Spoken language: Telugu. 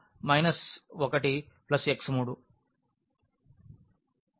కాబట్టి x2 1 x3 1